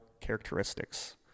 characteristics